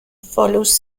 follows